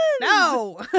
No